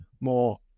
more